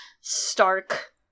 Stark